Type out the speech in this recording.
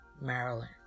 Maryland